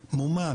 שמומן,